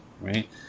right